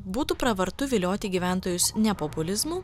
būtų pravartu vilioti gyventojus ne populizmu